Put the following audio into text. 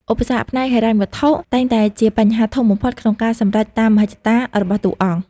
ឧបសគ្គ ផ្នែកហិរញ្ញវត្ថុតែងតែជាបញ្ហាធំបំផុតក្នុងការសម្រេចតាមមហិច្ឆតារបស់តួអង្គ។